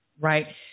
Right